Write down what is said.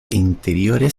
interiores